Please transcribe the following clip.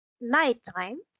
nighttime